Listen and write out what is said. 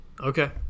Okay